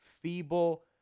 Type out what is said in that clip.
feeble